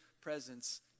presence